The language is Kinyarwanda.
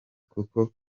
kuko